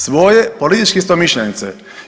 Svoje političke istomišljenice.